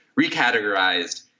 recategorized